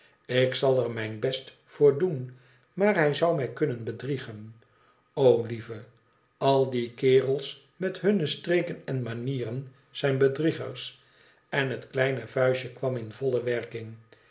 lik zal er mijn best voor doen maar hij zou mij kunnen bedriegen o lieve al die kerels met hunne streken en manieren zijn bedriegers en het kleine vuistje kwam in volle werking